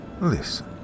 listen